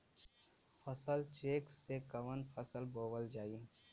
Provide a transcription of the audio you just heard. फसल चेकं से कवन फसल बोवल जाई?